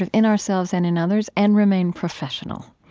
ah in ourselves and in others, and remain professional?